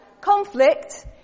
conflict